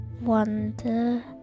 wonder